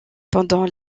pendant